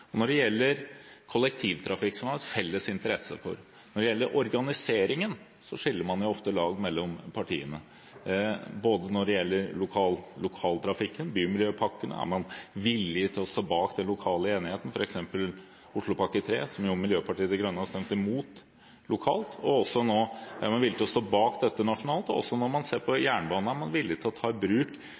områder når det gjelder kollektivtrafikken, som vi har en felles interesse for. Men når det gjelder organiseringen, skiller partiene ofte lag både når det gjelder lokaltrafikken og bymiljøpakken. Er man villig til å stå bak den lokale enigheten, f.eks. Oslopakke 3, som jo Miljøpartiet De Grønne har stemt imot lokalt? Er man villig til å stå bak dette nasjonalt? Og når man ser på jernbane, er man villig til å ta i bruk